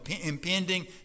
impending